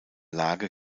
lage